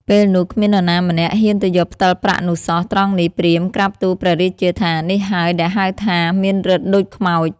ពេលនោះ គ្មាននរណាម្នាក់ហ៊ានទៅយកផ្ដិលប្រាក់នោះសោះ ត្រង់នេះ ព្រាហ្មណ៍ ក្រាបទូលព្រះរាជាថា នេះហើយដែលហៅថា មានឫទ្ធិដូចខ្មោច។